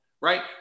right